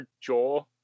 jaw